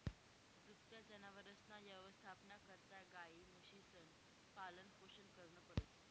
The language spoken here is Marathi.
दुभत्या जनावरसना यवस्थापना करता गायी, म्हशीसनं पालनपोषण करनं पडस